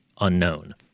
Unknown